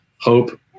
hope